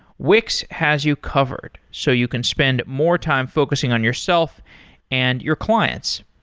wix has you covered, so you can spend more time focusing on yourself and your clients.